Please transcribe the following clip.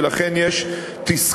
ולכן יש תסכול,